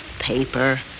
paper